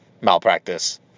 malpractice